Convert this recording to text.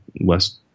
West